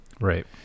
Right